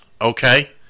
okay